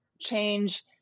change